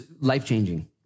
life-changing